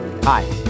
Hi